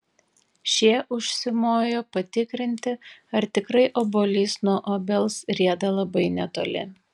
šie užsimojo patikrinti ar tikrai obuolys nuo obels rieda labai netoli